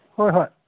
ꯍꯣꯏ ꯍꯣꯏ